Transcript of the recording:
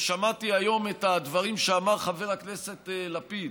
ושמעתי היום את הדברים שאמר חבר הכנסת לפיד,